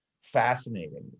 fascinating